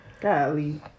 Golly